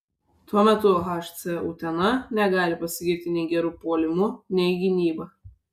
tuo metu hc utena negali pasigirti nei geru puolimu nei gynyba